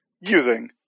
using